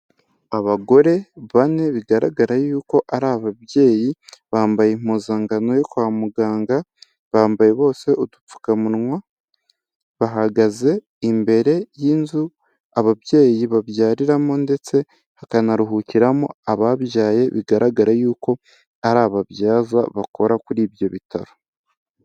Abagore bane bigaragara yuko ari ababyeyi, bambaye impuzangano yo kwa muganga, bambaye bose udupfukamunwa, bahagaze imbere y'inzu ababyeyi babyariramo ndetse hakanaruhukiramo ababyaye, bigaragara yuko ari ababyaza bakora kuri ibyo bitaro.